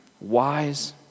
Wise